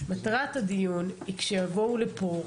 מטרת הדיון היא שיבואו לפה,